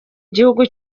gihugu